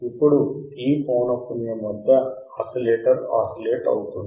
ఇప్పుడు ఈ పౌనఃపున్యం వద్ద ఆసిలేటర్ ఆసిలేట్ అవుతుంది